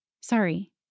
Sorry